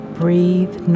breathe